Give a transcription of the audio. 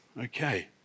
Okay